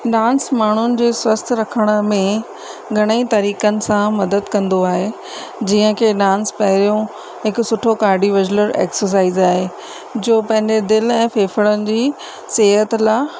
dance माण्हुनि जे स्वस्थ रखण में घणेई तरीक़नि सां मदद कंदो आहे जीअं की डांस पहिरियों हिकु सुठो कार्डिवैज़लर एक्सरसाइज़ आहे जो पंहिंजे दिलि ऐं फेफड़नि जी सिहत लाइ